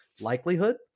likelihood